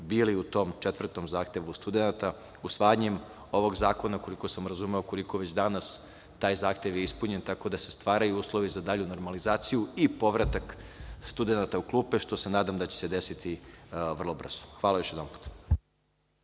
bili u tom četvrtom zahtevu studenata. Usvajanjem ovog zakona, koliko sam razumeo, koliko već danas, taj zahtev je ispunjen, tako da se stvaraju uslovi za dalju normalizaciju i povratak studenata u klupe, što se nadam da će se desiti vrlo brzo. Hvala još jedanput.